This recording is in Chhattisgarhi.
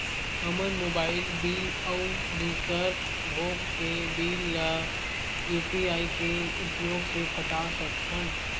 हमन मोबाइल बिल अउ दूसर भोग के बिल ला यू.पी.आई के उपयोग से पटा सकथन